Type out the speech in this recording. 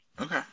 Okay